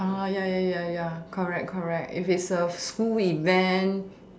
ya ya ya ya correct correct if it's a school event